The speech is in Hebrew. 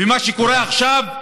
ומה שקורה עכשיו,